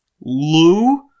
Lou